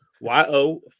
yo